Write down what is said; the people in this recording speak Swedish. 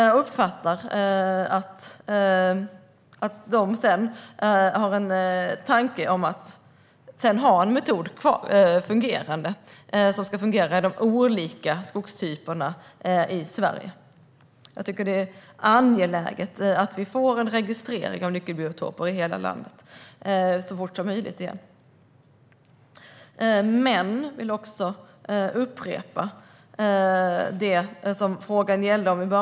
Jag har uppfattat att man sedan har en tanke om att använda en metod som ska fungera i de olika skogstyperna i Sverige. Jag tycker att det är angeläget att det blir en registrering av nyckelbiotoper i hela landet så fort som möjligt. Frågan gällde samrådet.